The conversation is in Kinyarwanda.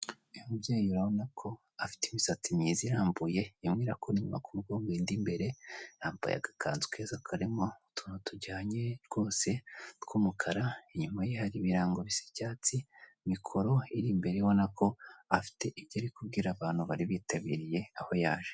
Uyu mubyeyi urabonako afite imisatsi myiza irambuye, irimo irakora inyuma kumugongo indi imbere yambaye agakanzu keza karimo utuntu tujyanye twose tw'umukara, inyuma ye hari ibirango bis' icyatsi, mikoro iri imbere ye ubonako afite ibyo ari kubwira abantu bari bitabiriye aho yaje.